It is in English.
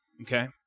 Okay